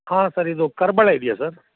ಹಾಂ ಸರ್ ಇದು ಕರಿಬಾಳೆ ಇದೆಯಾ ಸರ್